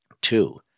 Two